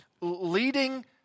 leading